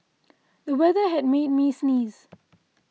the weather made me sneeze